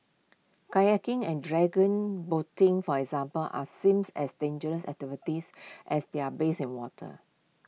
kayaking and dragon boating for example are seems as dangerous activities as they are based in water